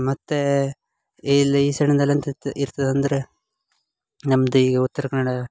ಮತ್ತು ಇಲ್ಲಿ ಈ ಸೈಡಿಂದಲ್ಲಿ ಎಂತ ಇತ್ ಇರ್ತದಂದರೆ ನಮ್ದು ಈಗ ಉತ್ತರ ಕನ್ನಡ